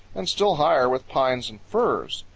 and still higher with pines and firs.